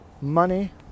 money